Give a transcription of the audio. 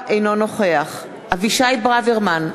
אינו נוכח אבישי ברוורמן,